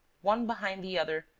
one behind the other,